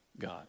God